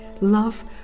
love